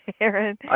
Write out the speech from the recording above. Aaron